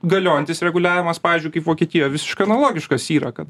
galiojantis reguliavimas pavyzdžiui kaip vokietijo visiškai analogiškas yra kad